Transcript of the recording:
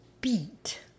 beat